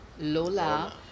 Lola